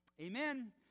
Amen